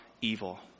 evil